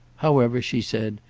however, she said,